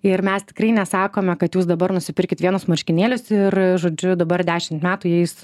ir mes tikrai nesakome kad jūs dabar nusipirkit vienus marškinėlius ir žodžiu dabar dešimt metų jais